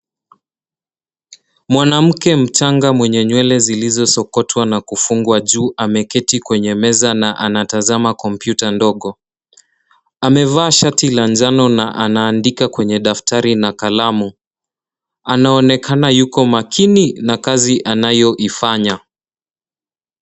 Mwanamke mchanga mwenye nywele zilizosokotwa na kufungwa juu ameketi kwenye meza na ameketi kwenye meza na anatazama komputa ndogo. Amevaa shati la njano na anaandika kwenye daftari na kalamu, anaonekana yuko makini na kazi anayoifanya.